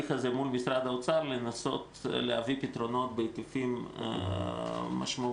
מול משרד האוצר לנסות להביא לפתרונות בהיקפים משמעותיים